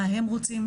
מה הם רוצים.